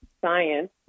science